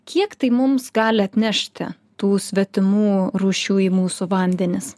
kiek tai mums gali atnešti tų svetimų rūšių į mūsų vandenis